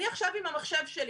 אני עכשיו עם המחשב שלי.